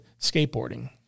skateboarding